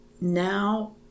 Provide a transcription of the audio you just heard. now